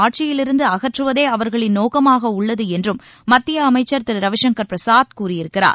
ஆட்சியிலிருந்து அகற்றுவதே அவர்களின் நோக்கமாக உள்ளது என்றும் மத்திய அமைச்சர் திரு ரவிசங்கர் பிரசாத் கூறியிருக்கிறார்